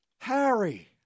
Harry